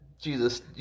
Jesus